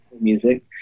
music